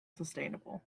sustainable